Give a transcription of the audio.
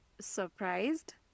surprised